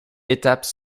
étape